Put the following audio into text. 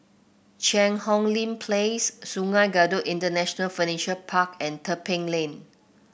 Cheang Hong Lim Place Sungei Kadut International Furniture Park and Tebing Lane